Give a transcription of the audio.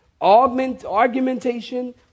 Argumentation